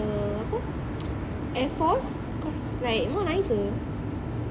a apa air force cause like more nicer